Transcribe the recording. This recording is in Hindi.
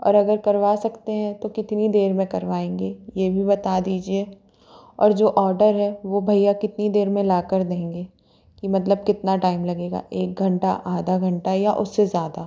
और अगर करवा सकते हैं तो कितनी देर में करवाएंगे ये भी बता दीजिए और जो ऑडर है वो भैया कितनी देर में ला कर देंगे कि मतलब कितना टाइम लगेगा एक घंटा आधा घंटा या उससे ज़्यादा